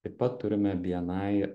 taip pat turime bni